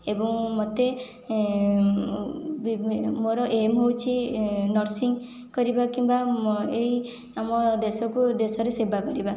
ଏବଂ ମୋତେ ବି ମୋର ଏମ୍ ହେଉଛି ନର୍ସିଂ କରିବା କିମ୍ବା ଏହି ଆମ ଦେଶକୁ ଦେଶରେ ସେବା କରିବା